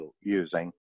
using